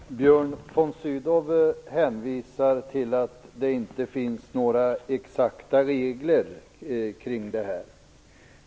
Herr talman! Björn von Sydow hänvisar till att det inte finns några exakta regler kring detta.